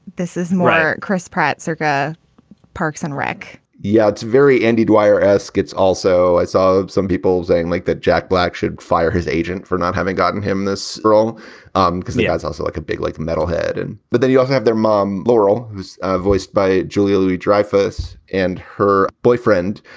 this isn't rare. chris pratt circa parks and rec yeah, it's very andy dwyer s. it's also i saw some people saying like that jack black should fire his agent for not having gotten him this role um because he ah is also like a big, like metal head. and but then you also have their mom, laurel, who's voiced by julia louis-dreyfus and her boyfriend,